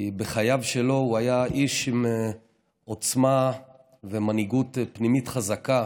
כי בחייו שלו הוא היה איש עם עוצמה ומנהיגות פנימית חזקה,